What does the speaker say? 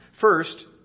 First